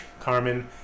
Carmen